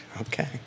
Okay